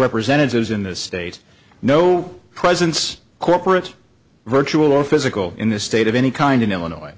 representatives in the states no presence corporate virtual or physical in the state of any kind in illinois